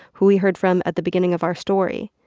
who we heard from at the beginning of our story.